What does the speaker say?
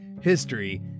history